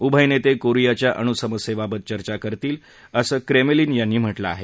उभय नेते कोरियाच्या अणू समस्येबाबत चर्चा करतील असं क्रेमलिन यांनी म्हटलं आहे